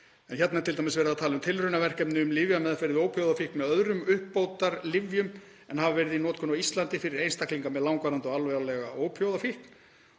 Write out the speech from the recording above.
Hér er t.d. verið að tala um tilraunaverkefni um lyfjameðferð við ópíóíðafíkn með öðrum uppbótarlyfjum en hafa verið í notkun á Íslandi fyrir einstaklinga með langvarandi og alvarlega ópíóíðafíkn,